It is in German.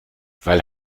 weil